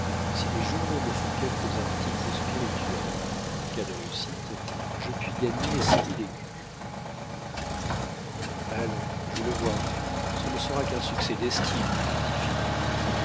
si les journaux me font quelques articles spirituels en cas de réussite je puis gagner cent mille écus allons je le vois ce ne sera qu'un succès d'estime